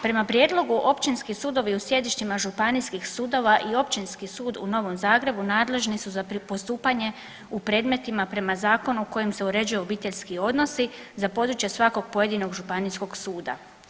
Prema prijedlogu općinski sudovi u sjedištima županijskih sudova i Općinski sud u Novom Zagrebu nadležni su za postupanje u predmetima prema zakonu kojim se uređuju obiteljski odnosi za područje svakog pojedinog županijskog suda.